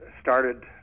started